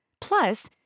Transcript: Plus